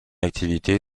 activité